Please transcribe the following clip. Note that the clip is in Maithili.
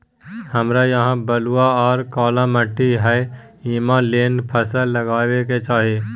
हमरा यहाँ बलूआ आर काला माटी हय ईमे केना फसल लगबै के चाही?